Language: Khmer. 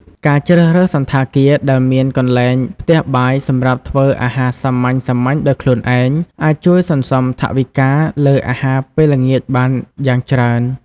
ការជ្រើសរើសសណ្ឋាគារដែលមានកន្លែងផ្ទះបាយសម្រាប់ធ្វើអាហារសាមញ្ញៗដោយខ្លួនឯង អាចជួយសន្សំថវិកាលើអាហារពេលល្ងាចបានយ៉ាងច្រើន។